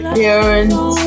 parents